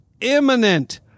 imminent